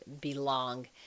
belong